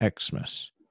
Xmas